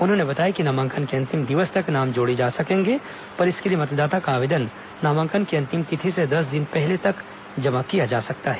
उन्होंने बताया कि नामांकन के अंतिम दिवस तक नाम जोड़े जा सकेंगे पर इसके लिए मतदाता का आवेदन नामांकन की अंतिम तिथि से दस दिन पहले तक किया जा सकता है